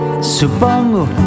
Supongo